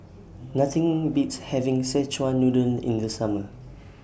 Nothing Beats having Szechuan Noodle in The Summer